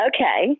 Okay